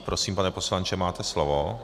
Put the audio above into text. Prosím, pane poslanče, máte slovo.